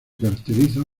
caracteriza